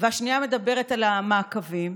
והשנייה מדברת על המעקבים.